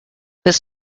this